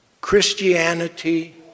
Christianity